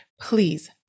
please